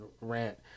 rant